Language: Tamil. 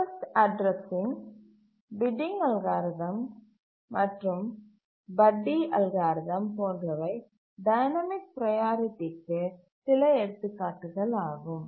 போக்கஸ்டு அட்டிரஸ்ஸிங் பிட்டிங் அல்காரிதம் மற்றும் பட்டி அல்காரிதம் போன்றவை டைனமிக் ப்ரையாரிட்டிக்கு சில எடுத்துக்காட்டுகள் ஆகும்